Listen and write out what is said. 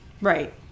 Right